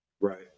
right